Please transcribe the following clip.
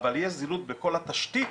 אבל יש זילות בכל התשתית